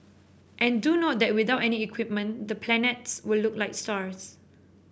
and do note that without any equipment the planets will look like stars